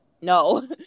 no